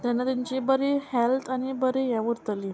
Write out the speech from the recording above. तेन्ना तेंची बरी हेल्थ आनी बरी हें उरतली